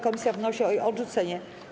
Komisja wnosi o jej odrzucenie.